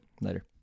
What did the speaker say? Later